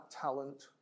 talent